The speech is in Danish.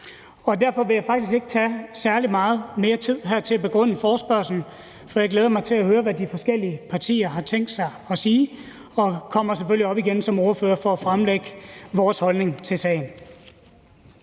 på. Derfor vil jeg faktisk ikke bruge særlig meget mere tid på at begrunde forespørgslen, for jeg glæder mig til at høre, hvad de forskellige partier har tænkt sig at sige. Jeg kommer selvfølgelig op igen som ordfører for at fremlægge vores holdning til sagen.